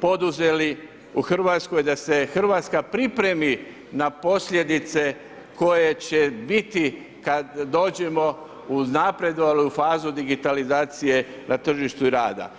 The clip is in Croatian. poduzeli u Hrvatskoj da se Hrvatska pripremi na posljedice koje će biti kad dođemo u uznapredovalu fazu digitalizacije na tržištu rada.